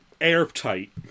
airtight